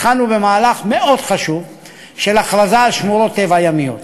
התחלנו במהלך מאוד חשוב של הכרזה על שמורות טבע ימיות.